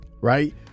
Right